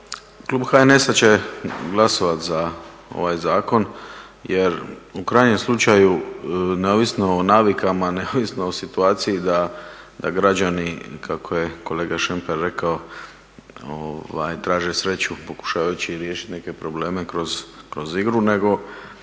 Klub HNS-a će glasovati za ovaj zakon jer u krajnjem slučaju neovisno o navikama, neovisno o situaciji da građani kako je kolega Šemper rekao traže sreću pokušavajući riješiti neke probleme kroz igru nego